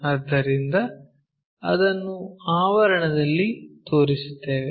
ಆದ್ದರಿಂದ ಅದನ್ನು ಆವರಣದಲ್ಲಿ ತೋರಿಸುತ್ತೇವೆ